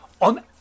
on